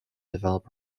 develop